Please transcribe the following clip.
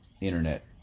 Internet